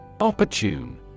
Opportune